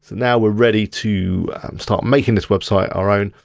now we're ready to start making this website our own,